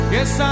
Yes